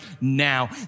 now